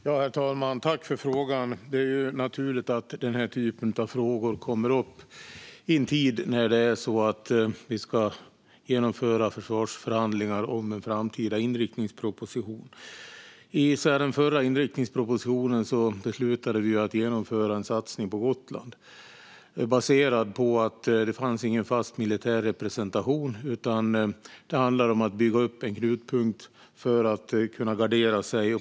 Herr talman! Jag tackar för frågan. Det är naturligt att frågor som denna kommer upp i en tid då vi ska genomföra försvarsförhandlingar om en framtida inriktningsproposition. Inför den förra inriktningspropositionen beslutade vi ju att genomföra en satsning på Gotland, baserat på att det inte fanns någon fast militär representation där. Det handlade om att bygga upp en knutpunkt för att kunna gardera sig.